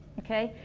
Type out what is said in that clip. okay?